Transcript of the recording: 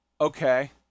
okay